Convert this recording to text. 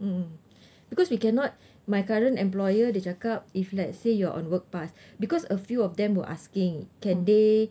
mm because we cannot my current employer dia cakap if let's say you're on work pass because a few of them were asking can they